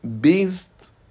based